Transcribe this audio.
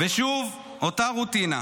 ושוב אותה רוטינה.